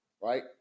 right